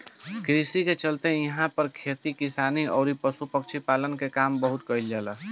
कृषि के चलते इहां पर खेती किसानी अउरी पशु पक्षी पालन के काम बहुत कईल जाला